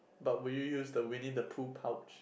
but will you use the Winnie-the-Pooh pouch